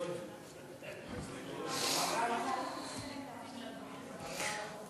זו עבירה על החוק.